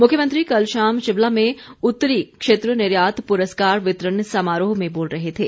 मुख्यमंत्री कल शाम शिमला में उत्तरी क्षेत्र निर्यात पुरस्कार वितरण समारोह में बोल रहे थे